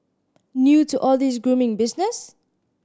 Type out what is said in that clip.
new to all this grooming business